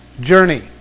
journey